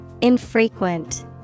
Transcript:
Infrequent